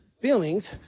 Feelings